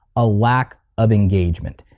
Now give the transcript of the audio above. a lack of engagement.